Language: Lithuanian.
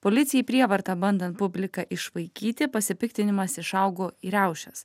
policijai prievarta bandant publiką išvaikyti pasipiktinimas išaugo į riaušes